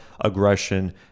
aggression